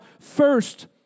first